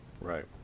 Right